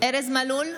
ארז מלול,